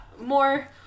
more